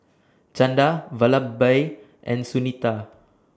Chanda Vallabhbhai and Sunita